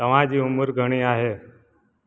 तव्हां जी उमिरि घणी आहे